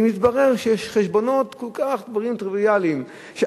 והנה מתברר שיש בחשבונות דברים טריוויאליים כל כך,